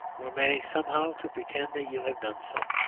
or manage somehow to pretend that you have done so.